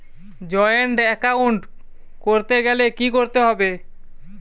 Joint account করতে গেলে কি করতে হবে?